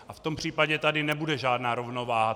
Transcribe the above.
A v tom případě tady nebude žádná rovnováha.